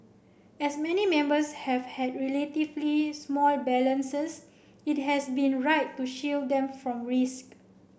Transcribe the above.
as many members have had relatively small balances it has been right to shield them from risk